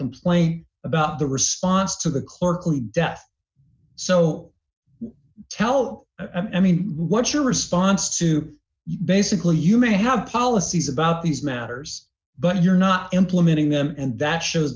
complaint about the response to the clerk death so tell me what's your response to basically you may have policies about these matters but you're not implementing them and that shows